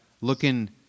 looking